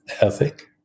ethic